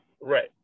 Right